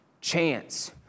chance